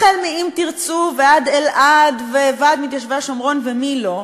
החל מ"אם תרצו" ועד אלע"ד וועד מתיישבי השומרון ומי לא,